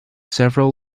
several